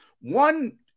One